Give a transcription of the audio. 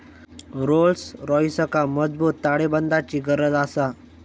Rolls रॉइसका मजबूत ताळेबंदाची गरज आसा